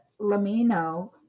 Lamino